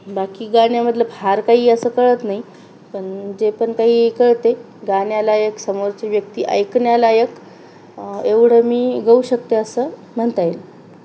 बाकी गाण्यामधलं फार काही असं कळत नाही पण जे पण काही कळते गाण्यालायक समोरची व्यक्ती ऐकण्यालायक एवढं मी गाऊ शकते असं म्हणता येईल